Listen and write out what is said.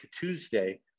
Tuesday